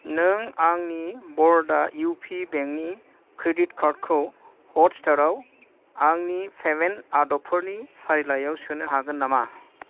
नों आंनि बर'डा इउपि बेंकनि क्रेडिट कार्डखौ हटस्टाराव आंनि पेमेन्ट आदबफोरनि फारिलाइयाव सोनो हागोन नामा